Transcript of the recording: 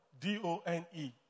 D-O-N-E